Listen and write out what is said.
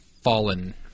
Fallen